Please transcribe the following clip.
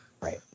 Right